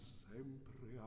sempre